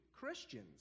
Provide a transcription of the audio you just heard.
Christians